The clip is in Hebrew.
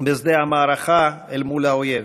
בשדה המערכה אל מול האויב,